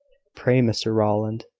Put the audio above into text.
pray, mr rowland,